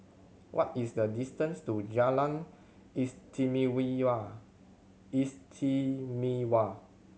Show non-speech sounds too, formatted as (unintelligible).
what is the distance to Jalan (unintelligible) Istimewa